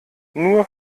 nur